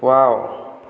wow